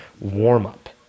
warm-up